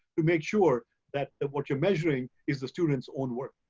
to make sure that what you're measuring is the student's own work.